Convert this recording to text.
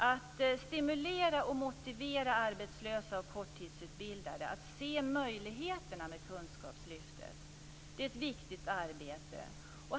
Att stimulera och motivera arbetslösa och korttidsutbildade att se möjligheterna med kunskapslyftet är ett viktigt arbete.